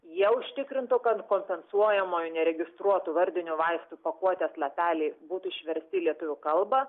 jie užtikrintų kad kompensuojamųjų neregistruotų vardinių vaistų pakuotės lapeliai būtų išversti į lietuvių kalbą